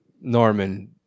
Norman